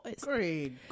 great